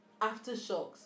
Aftershocks